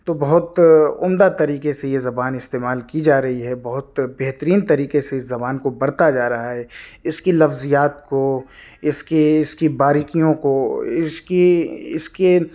تو بہت عمدہ طریقے سے یہ زبان استعمال کی جا رہی ہے بہت بہترین طریقے سے اس زبان کو برتا جا رہا ہے اس کی لفظیات کو اس کی اس کی باریکیوں کو اس کی اس کے